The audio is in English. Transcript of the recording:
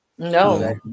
no